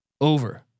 Over